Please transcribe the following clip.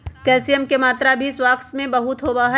calcium के मात्रा भी स्क्वाश में बहुत होबा हई